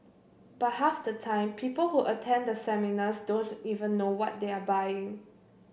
but half the time people who attend the seminars don't even know what they are buying